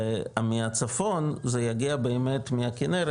ומהצפון זה יגיע באמת מהכנרת,